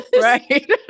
Right